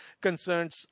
concerns